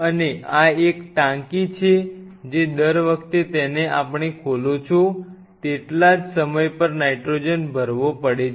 અને આ એક ટાંકી છે જે દર વખતે તેને આપ ણે ખોલો છો તેટલા સમય સમય પર નાઇટ્રોજન ભરવો પડે છે